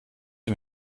dem